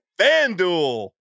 FanDuel